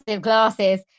glasses